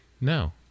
no